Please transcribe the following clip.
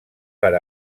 per